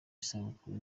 isabukuru